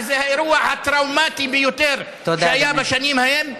שזה האירוע הטראומטי ביותר שהיה בשנים ההן,